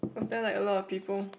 was there like a lot of people